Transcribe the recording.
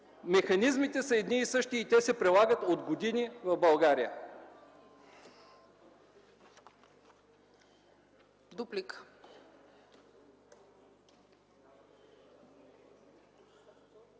Механизмите са едни и същи и те се прилагат от години в България.